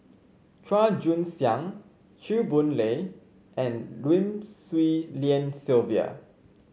Chua Joon Siang Chew Boon Lay and Lim Swee Lian Sylvia